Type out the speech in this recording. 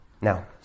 Now